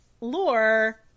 Lore